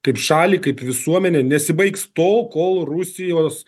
kaip šalį kaip visuomenę nesibaigs tol kol rusijos